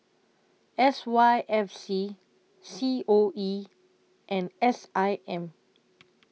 S Y F C C O E and S I M